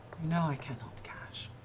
know i cannot, kash.